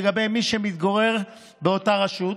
לגבי מי שמתגורר באותה רשות,